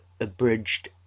abridged